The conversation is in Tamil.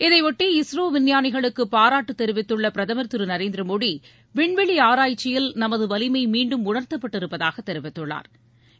இதனையாட்டி இஸ்ரோவிஞ்ஞானிகளுக்குபாராட்டுதெரிவித்துள்ளபிரதமர் திருநரேந்திரமோடி விண்வெளிஆராய்ச்சியில் நமதுவலிமைமீண்டும் உணா்த்தப்பட்டிருப்பதாகதெரிவித்துள்ளாா்